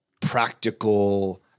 practical